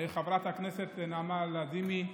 חברת הכנסת נעמה לזימי,